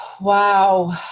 Wow